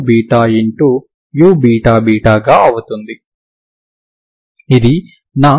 అది నా uxx